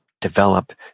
develop